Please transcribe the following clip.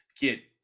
get